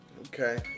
Okay